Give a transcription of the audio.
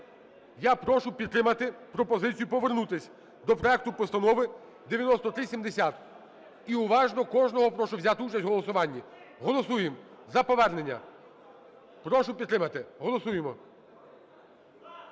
я прошу підтримати пропозицію повернутися до проекту Постанови 9370 і уважно кожного прошу взяти участь у голосуванні. Голосуємо за повернення. Прошу підтримати. Голосуємо.